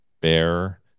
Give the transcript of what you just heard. bear